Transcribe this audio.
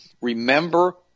Remember